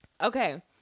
okay